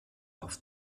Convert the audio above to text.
auf